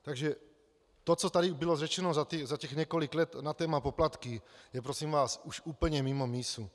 Takže to, co tady bylo řečeno za těch několik let na téma poplatky, je prosím vás už úplně mimo mísu.